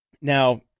Now